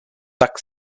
tak